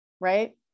right